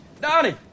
Donnie